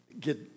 get